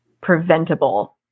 preventable